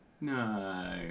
No